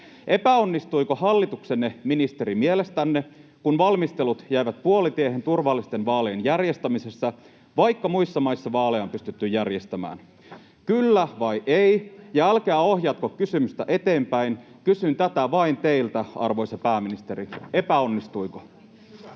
Epäonnistuiko hallituksenne ministeri mielestänne, kun valmistelut jäivät puolitiehen turvallisten vaalien järjestämisessä, vaikka muissa maissa vaaleja on pystytty järjestämään? Kyllä vai ei? Ja älkää ohjatko kysymystä eteenpäin, kysyn tätä vain teiltä, arvoisa pääministeri. Epäonnistuiko?